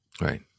Right